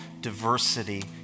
diversity